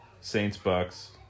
Saints-Bucks